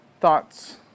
Thoughts